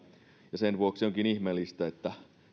sen vuoksi onkin ihmeellistä että